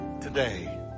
today